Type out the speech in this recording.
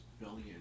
billion